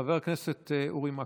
חבר הכנסת אורי מקלב.